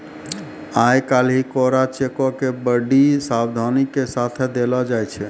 आइ काल्हि कोरा चेको के बड्डी सावधानी के साथे देलो जाय छै